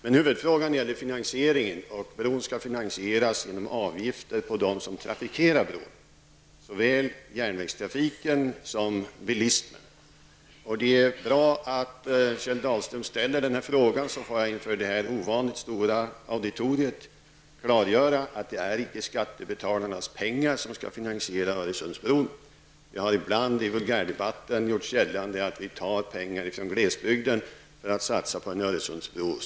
Men huvudfrågan gällde finansieringen, och bron skall finansieras med avgifter på dem som trafikerar den, såväl på järnvägstrafiken som på bilismen. Det är bra att Kjell Dahlström ställer denna fråga, så att jag inför detta ovanligt stora auditorium kan klargöra att det icke är skattebetalarnas pengar som skall finansiera Öresundsbron. Det har ibland i vulgärdebatten gjorts gällande att vi tar ifrån glesbygden för att satsa på en Öresundsbro.